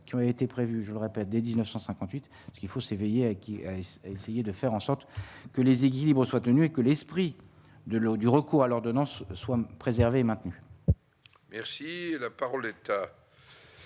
qui ont été prévues, je le répète, dès 1958 ce qu'il faut s'éveiller à qui s'essayer de faire en sorte que les équilibres soient tenus et que l'esprit de l'eau, du recours à l'ordonnance soit préservée, maintenue. Merci, la parole est à